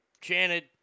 chanted